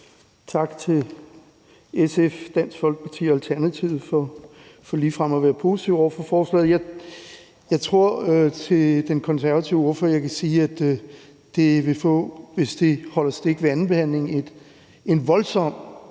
tak til SF, Dansk Folkeparti og Alternativet for ligefrem at være positive over for forslaget. Jeg tror, jeg kan sige til den konservative ordfører, at det, hvis det holder stik ved andenbehandlingen, vil